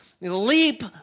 leap